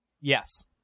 Yes